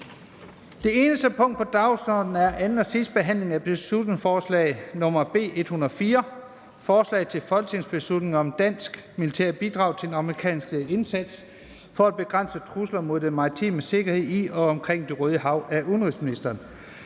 Det eneste punkt på dagsordenen er: 1) 2. (sidste) behandling af beslutningsforslag nr. B 104: Forslag til folketingsbeslutning om dansk militært bidrag til den amerikanskledede indsats for at begrænse trusler mod den maritime sikkerhed i og omkring Det Røde Hav. Af udenrigsministeren